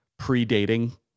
predating